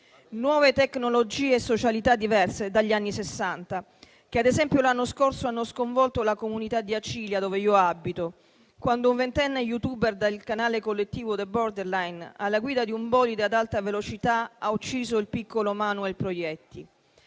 nuove tecnologie e nuove socialità rispetto a quelle degli anni Sessanta che, ad esempio, l'anno scorso hanno sconvolto la comunità di Acilia, dove io abito, quando un ventenne *youtuber* del canale collettivo «The borderline» alla guida di un bolide ad alta velocità ha ucciso il piccolo Manuel Proietti.